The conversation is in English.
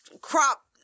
crop